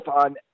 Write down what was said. on